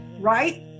right